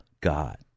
God